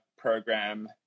program